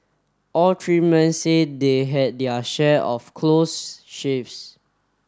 all three men say they had their share of close shaves